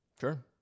Sure